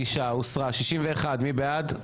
95, מי בעד?